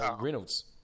Reynolds